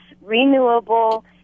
renewable